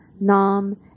nam